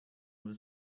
was